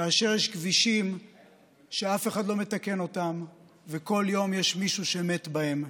כאשר יש כבישים שאף אחד לא מתקן אותם וכל יום יש מישהו שמת בהם.